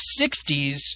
60s